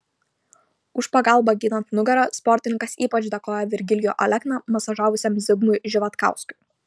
už pagalbą gydant nugarą sportininkas ypač dėkoja virgilijų alekną masažavusiam zigmui živatkauskui